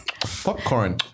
popcorn